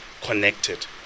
connected